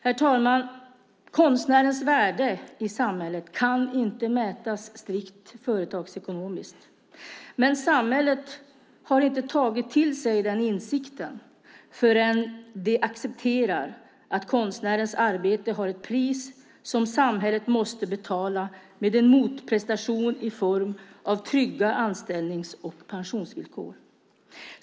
Herr talman! Konstnärens värde i samhället kan inte mätas strikt företagsekonomiskt. Men samhället har inte tagit till sig den insikten förrän det accepterar att konstnärens arbete har ett pris som samhället måste betala med en motprestation i form av trygga anställnings och pensionsvillkor.